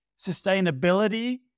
sustainability